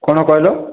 କ'ଣ କହିଲ